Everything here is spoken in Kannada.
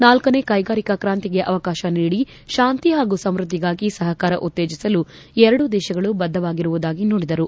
ನಾಲ್ಕನೇ ಕೈಗಾರಿಕಾ ಕ್ರಾಂತಿಗೆ ಅವಕಾಶ ನೀಡಿ ಶಾಂತಿ ಹಾಗೂ ಸಮೃದ್ಧಿಗಾಗಿ ಸಹಕಾರ ಉತ್ತೇಜಿಸಲು ಎರಡೂ ದೇಶಗಳು ಬದ್ದವಾಗಿರುವುದಾಗಿ ನುಡಿದರು